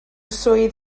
swydd